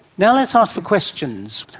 now let's ask for questions.